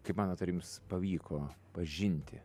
kaip manot ar jums pavyko pažinti